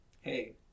hey